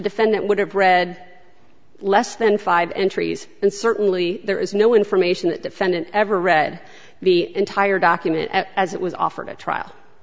defendant would have read less than five entries and certainly there is no information that defendant ever read the entire document as it was offered a trial